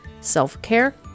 self-care